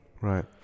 right